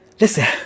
listen